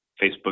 Facebook